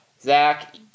Zach